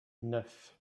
neuf